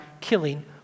killing